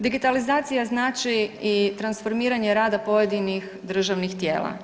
Digitalizacija znači i transformiranje rada pojedinih državnih tijela.